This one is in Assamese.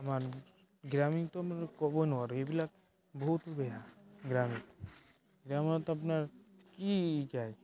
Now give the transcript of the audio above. আমাৰ গ্ৰামীণটো মানে ক'বই নোৱাৰি এইবিলাক বহুতো বেয়া গ্ৰামীণ গাঁৱত আপোনাৰ কি শিকায়